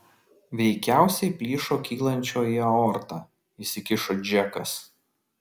veikiausiai plyšo kylančioji aorta įsikišo džekas